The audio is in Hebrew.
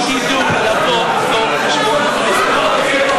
תדעו לבוא איתו חשבון בכנסת הבאה.